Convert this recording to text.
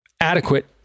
adequate